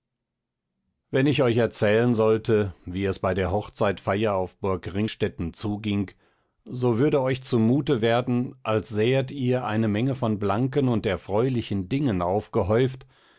wenn ich euch erzählen sollte wie es bei der hochzeitfeier auf burg ringstetten zuging so würde euch zumute werden als sähet ihr eine menge von blanken und erfreulichen dingen aufgehäuft